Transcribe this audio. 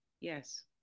Yes